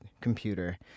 computer